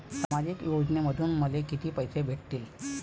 सामाजिक योजनेमंधून मले कितीक पैसे भेटतीनं?